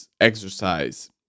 exercise